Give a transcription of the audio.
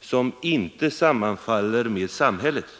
som inte sammanfaller med samhällets?